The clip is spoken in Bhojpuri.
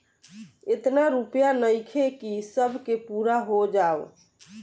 एतना रूपया नइखे कि सब के पूरा हो जाओ